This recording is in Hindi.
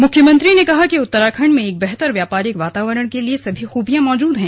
मुख्यमंत्री ने कहा कि उत्तराखण्ड में एक बेहतर व्यापारिक वातावरण के लिए सभी खूबियां मौजूद हैं